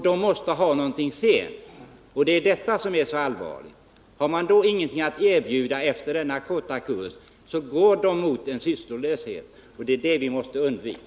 De måste också ha någonting sedan. Det är detta som är så allvarligt. Har vi ingenting att erbjuda ungdomarna efter denna korta kurs går de mot en sysslolöshet, och det är det vi måste undvika.